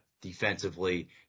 defensively